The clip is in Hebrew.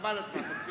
חבל על הזמן.